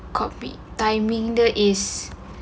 copy timing dia is